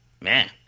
man